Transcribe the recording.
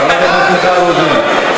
חברת הכנסת מיכל רוזין.